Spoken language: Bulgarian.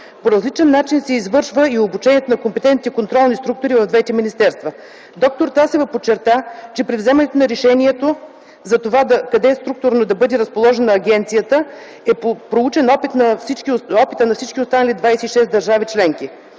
По различен начин се извършва и обучението на компетентните контролни структури в двете министерства. Доктор Тасева подчерта, че при вземането на решението за това къде структурно да бъде разположена агенцията е проучен опитът на всички останали 26 държави членки.